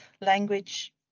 language